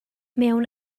mewn